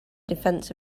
defense